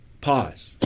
Pause